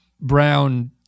Brown